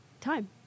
time